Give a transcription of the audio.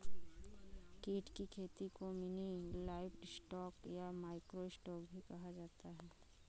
कीट की खेती को मिनी लाइवस्टॉक या माइक्रो स्टॉक भी कहा जाता है